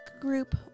group